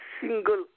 single